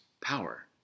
power